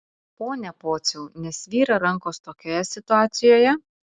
pone pociau nesvyra rankos tokioje situacijoje